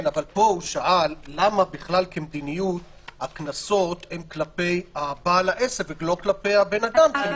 פה הוא שאל למה כמדיניות הקנסות הם כלפי בעל העסק ולא כלפי האדם.